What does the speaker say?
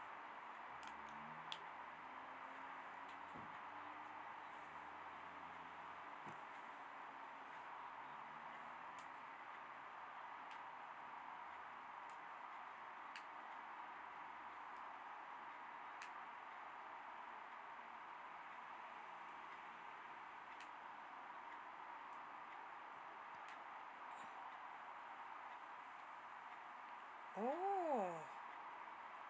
orh